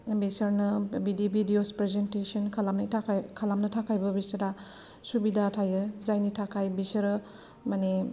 बिसोरनो बिदि videos presentation खालामनो थाखायबो बिसोरहा सुबिदा थायो जायनि थाखाय बिसोरो माने